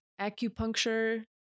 Acupuncture